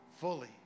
fully